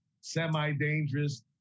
semi-dangerous